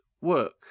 work